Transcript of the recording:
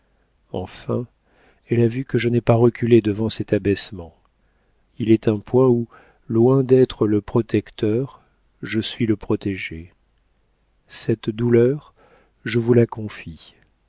enfin elle a vu que je n'ai pas reculé devant cet abaissement il est un point où loin d'être le protecteur je suis le protégé cette douleur je vous la confie